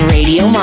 Radio